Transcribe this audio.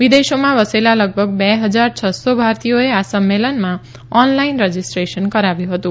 વિદેશોમાં વસેલા લગભગ બે હજાર છસ્સો ભારતીયોએ આ સંમેલનમાં ઓનલાઇન રજીસ્ટ્રેશન કરાવ્યું હતું